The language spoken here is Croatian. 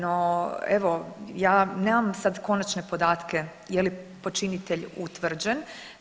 No evo, ja nemam sad konačne podatke je li počinitelj utvrđen.